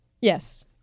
Yes